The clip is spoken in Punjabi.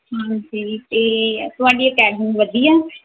ਹਾਂਜੀ ਅਤੇ ਤੁਹਾਡੀ ਅਕੈਡਮੀ ਵਧੀਆ